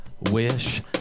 wish